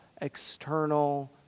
external